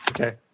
Okay